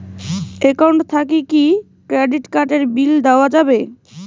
Account থাকি কি credit card এর বিল দেওয়া যাবে?